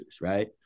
right